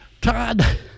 Todd